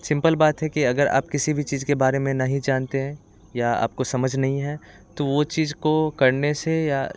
simple बात है कि अगर आप किसी भी चीज के बारे में नहीं जानते हैं या आपको समझ नहीं है तो वो चीज को करने से या